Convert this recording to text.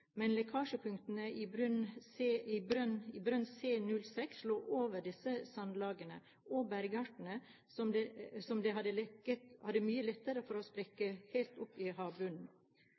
Men lekkasjepunktet i brønn C-06 lå over disse sandlagene, og bergartene som det lekket til, har mye lettere for å sprekke helt opp til havbunnen. Venstre er ikke beroliget av Olje- og energidepartementets svar i